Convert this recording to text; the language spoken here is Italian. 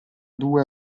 due